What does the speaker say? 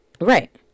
Right